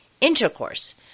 intercourse